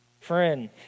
friend